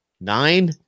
Nine